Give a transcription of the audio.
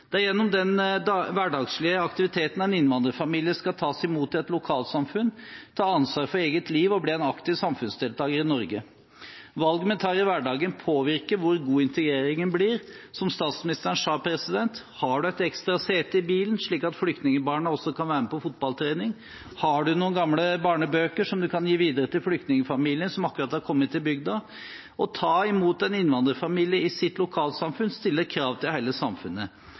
Det er gjennom den hverdagslige aktiviteten en innvandrerfamilie skal tas imot i et lokalsamfunn, ta ansvar for eget liv og bli aktive samfunnsdeltagere i Norge. Valgene vi tar i hverdagen, påvirker hvor god integreringen blir. Som statsministeren sa: Har du et ekstra sete i bilen, slik at flyktningbarna også kan være med på fotballtrening? Har du noen gamle barnebøker som du kan gi videre til flyktningfamilien som akkurat har kommet til bygda? Å ta imot en innvandrerfamilie i sitt lokalsamfunn stiller krav til hele samfunnet